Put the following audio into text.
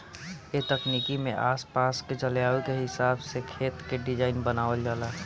ए तकनीक में आस पास के जलवायु के हिसाब से खेत के डिज़ाइन बनावल जाला